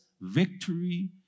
victory